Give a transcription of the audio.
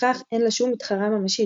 וכך אין לה שום מתחרה ממשית.